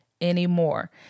anymore